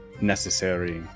necessary